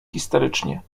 histerycznie